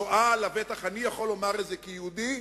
השואה, לבטח אני יכול לומר את זה כיהודי,